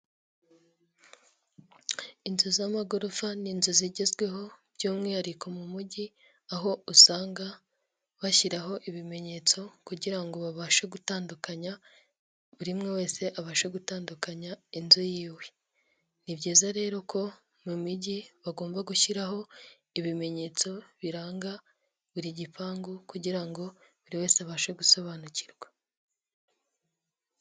Inzu z'amagorofa ni inzu zigezweho by'umwihariko mu mujyi, aho usanga bashyiraho ibimenyetso kugira ngo babashe gutandukanya, buri umwe wese abashe gutandukanya inzu yiwe. Ni byiza rero ko mu mijyi bagomba gushyiraho ibimenyetso biranga buri gipangu kugira ngo buri wese abashe gusobanukirwa.